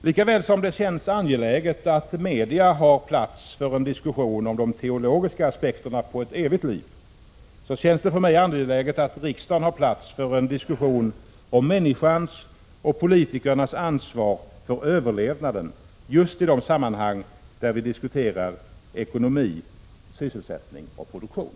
Lika väl som det känns angeläget att media har plats för en diskussion om de teologiska aspekterna på ett evigt liv, känns det för mig angeläget att riksdagen har plats för en diskussion om människans och politikernas ansvar för överlevnaden just i de sammanhang där vi diskuterar ekonomi, sysselsättning och produktion.